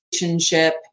relationship